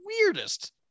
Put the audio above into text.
weirdest